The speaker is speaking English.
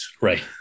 right